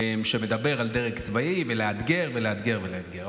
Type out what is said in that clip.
שמדבר על דרג צבאי ולאתגר ולאתגר ולאתגר.